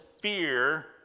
fear